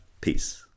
peace